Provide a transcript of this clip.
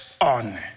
on